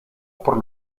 por